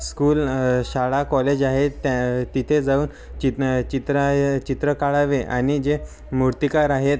school शाळा college आहेत त्या तिथे जाऊन चित चित्राय चित्र काढावे आणि जे मूर्तिकार आहेत